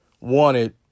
wanted